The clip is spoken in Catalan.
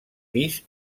pis